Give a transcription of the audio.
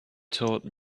taught